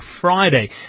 Friday